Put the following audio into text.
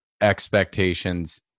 expectations